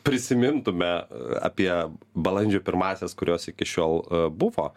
prisimintume apie balandžio pirmąsias kurios iki šiol buvo